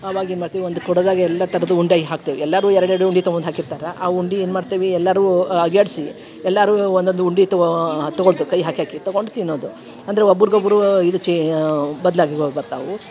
ಅವಾಗ ಏನು ಮಾಡ್ತೀವಿ ಒಂದು ಕೊಡದಾಗ ಎಲ್ಲ ಥರದ ಉಂಡೆ ಹಾಕ್ತೇವೆ ಎಲ್ಲರೂ ಎರಡು ಎರಡು ಉಂಡೆ ತೊಗೊಂಡು ಹಾಕಿರ್ತಾರೆ ಆ ಉಂಡೆ ಏನು ಮಾಡ್ತೇವೆ ಎಲ್ಲರೂ ಆಗ್ಯಾಡ್ಸಿ ಎಲ್ಲರೂ ಒಂದೊಂದು ಉಂಡೆ ತೊಗೋ ತಗೊಳ್ತೇವೆ ಕೈ ಹಾಕಿ ಹಾಕಿ ತೊಗೊಂಡು ತಿನ್ನೋದು ಅಂದರೆ ಒಬ್ರಿಗೊಬ್ರು ಇದು ಚೇ ಬದಲಾಗಿ ಬರ್ತಾವೆ